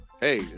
hey